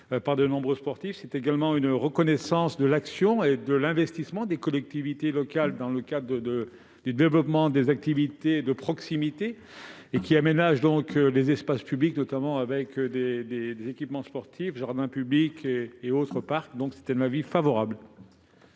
par de nombreux sportifs. Il s'agit aussi d'une forme de reconnaissance de l'action et de l'investissement des collectivités locales dans le cadre du développement des activités de proximité pour aménager les espaces publics, notamment avec des équipements sportifs, des jardins publics et autres parcs. Avis favorable.